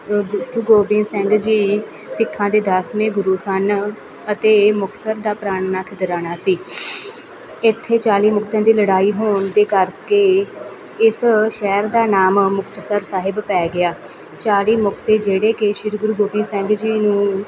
ਗੁਰੂ ਗੋਬਿੰਦ ਸਿੰਘ ਜੀ ਸਿੱਖਾਂ ਦੇ ਦਸਵੇਂ ਗੁਰੂ ਸਨ ਅਤੇ ਮੁਕਤਸਰ ਦਾ ਪੁਰਾਣਾ ਨਾਂ ਖਿਦਰਾਣਾ ਸੀ ਇੱਥੇ ਚਾਲੀ ਮੁਕਤਿਆਂ ਦੀ ਲੜਾਈ ਹੋਣ ਦੇ ਕਰਕੇ ਇਸ ਸ਼ਹਿਰ ਦਾ ਨਾਮ ਮੁਕਤਸਰ ਸਾਹਿਬ ਪੈ ਗਿਆ ਚਾਲੀ ਮੁਕਤੇ ਜਿਹੜੇ ਕਿ ਸ਼੍ਰੀ ਗੁਰੂ ਗੋਬਿੰਦ ਸਿੰਘ ਜੀ ਨੂੰ